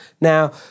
now